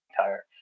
tire